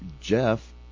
Jeff